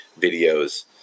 videos